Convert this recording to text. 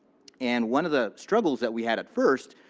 and one of the struggles that we had, at first,